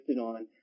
on